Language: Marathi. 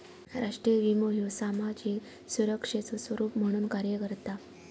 राष्ट्रीय विमो ह्यो सामाजिक सुरक्षेचो स्वरूप म्हणून कार्य करता